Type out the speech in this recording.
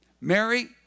Mary